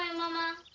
and momma?